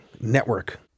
network